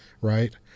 right